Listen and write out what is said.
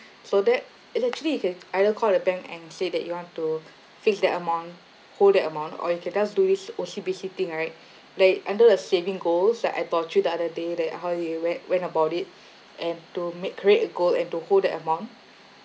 so that it's actually you can either call the bank and say that you want to fix that amount hold that amount or you can just do this O_C_B_C thing right like under the saving goals that I told you the other day that how you went went about it and to make create a goal and to hold that amount